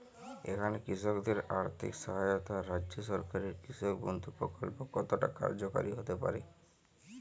এখানে কৃষকদের আর্থিক সহায়তায় রাজ্য সরকারের কৃষক বন্ধু প্রক্ল্প কতটা কার্যকরী হতে পারে?